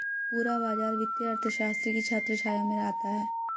पूरा बाजार वित्तीय अर्थशास्त्र की छत्रछाया में आता है